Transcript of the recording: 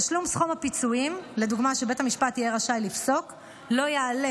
תשלום סכום הפיצויים לדוגמה שבית המשפט יהיה רשאי לפסוק לא יעלה,